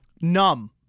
numb